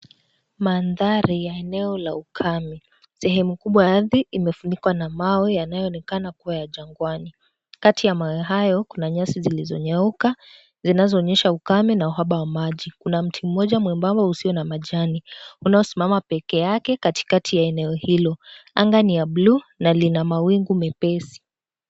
Mandhari ya eneo la ukame. Sehemu kubwa la ardhi imefunikwa na mawe yanayoonekana kuwa ya jangwani. Kati ya mawe hayo, kuna nyasi zilizonyauka zinazoonyesha ukame na uhaba wa maji. Kuna mti mmoja mwembamba usiyo na majani, unaosimama pekee yake katikati ya eneo hilo. Anga ni ya buluu na lina mawingu nyepesi.